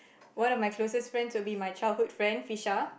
one of my closest friend will be my childhood friend Fisha